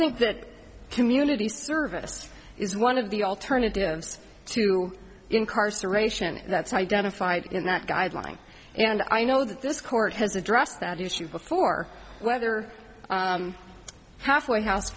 think that community service is one of the alternatives to incarceration that's identified in that guideline and i know that this court has addressed that issue before whether halfway house